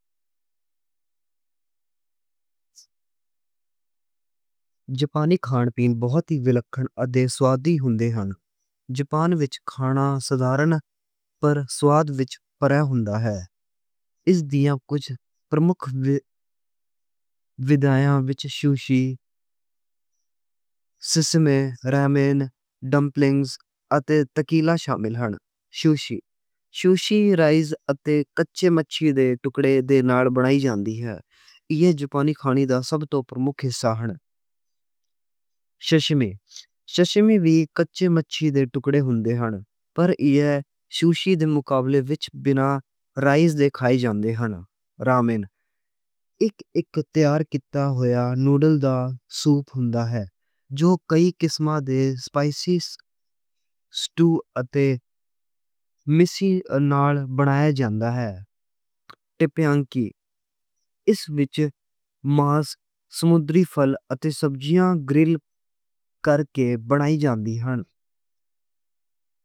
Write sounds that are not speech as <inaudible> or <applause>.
جاپانی کھان پین بہتی وکھری تے سواد ہوندے نیں۔ جاپان وچ کھانا سادہ پر سواد وچ بھرپور ہوندا اے۔ اس دیاں کجھ اہم <hesitation> ودایاں وچ سوشی، <hesitation> سشیمی، رامن، ڈمپلنگز تے ٹاکیلا شامل نیں۔ سوشی سوشی رائس تے کچے مچھلی دے ٹکڑے دے نال بنائی جاندی اے۔ ایہ جاپانی کھانی دا سب توں اہم حِصہ اے۔ <hesitation> سشیمی سشیمی وی کچے مچھلی دے ٹکڑے ہوندے نیں۔ پر ایہ سوشی دے مقابلے وچ بنا رائس دے کھائی جاندے نیں۔ ایکو اک تیار کیتا ہویا نُوڈل دا سوپ ہوندا اے۔ جو کئی قسم دے مصالحے <hesitation> اسٹو تے میسی نال بنیا جاندا اے۔ ٹپینیاکی وچ ماس، سمندری پھل تے سبزیاں گرِل کرکے بنائی جاندی نیں۔